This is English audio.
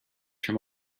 from